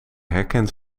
herkent